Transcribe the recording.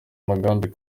umugambi